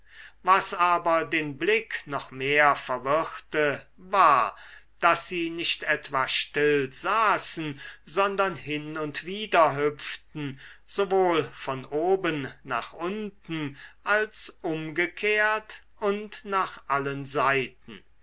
was aber den blick noch mehr verwirrte war daß sie nicht etwa still saßen sondern hin und wider hüpften sowohl von oben nach unten als umgekehrt und nach allen seiten